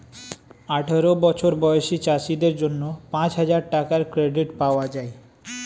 আঠারো বছর বয়সী চাষীদের জন্য পাঁচহাজার টাকার ক্রেডিট পাওয়া যায়